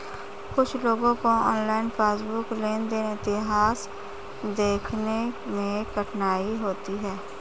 कुछ लोगों को ऑनलाइन पासबुक लेनदेन इतिहास देखने में कठिनाई होती हैं